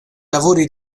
lavori